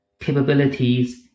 capabilities